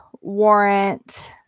warrant